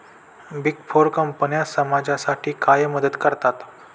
Big four कंपन्या समाजासाठी काय मदत करतात?